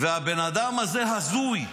והבן אדם הזה הזוי,